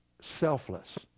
selfless